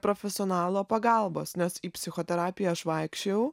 profesionalo pagalbos nes į psichoterapiją aš vaikščiojau